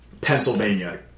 Pennsylvania